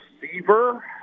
receiver